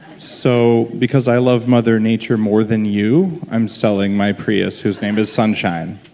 so because i love mother nature more than you, i'm selling my prius whose name is sunshine.